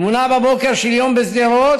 התמונה בבוקר של יום בשדרות,